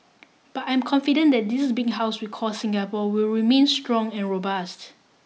but I'm confident that this big house we call Singapore will remain strong and robust